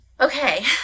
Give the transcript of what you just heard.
Okay